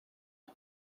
day